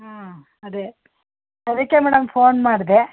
ಹಾಂ ಅದೇ ಅದಕ್ಕೆ ಮೇಡಮ್ ಫೋನ್ ಮಾಡಿದೆ